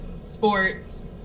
sports